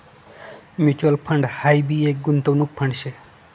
mutual fund हाई भी एक गुंतवणूक फंड शे